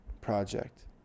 project